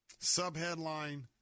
Subheadline